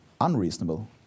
unreasonable